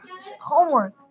homework